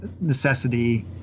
necessity